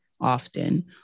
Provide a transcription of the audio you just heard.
Often